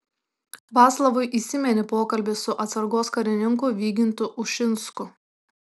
vaclavui įsiminė pokalbis su atsargos karininku vygintu ušinsku